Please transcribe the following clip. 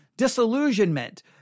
disillusionment